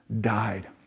died